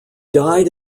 died